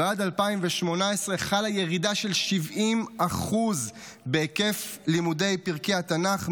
ועד 2018 חלה ירידה של 70% בהיקף לימודי פרקי התנ"ך,